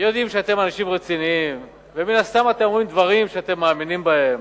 יודעים שאתם אנשים רציניים ומן הסתם אתם אומרים דברים שאתם מאמינים בהם.